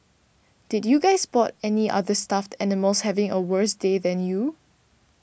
did you guys spot any other stuffed animals having a worse day than you